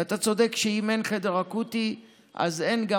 ואתה צודק שאם אין חדר אקוטי אז אין גם